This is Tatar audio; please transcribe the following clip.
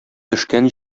төшкән